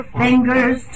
fingers